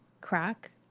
crack